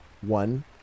One